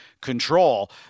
control